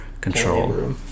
control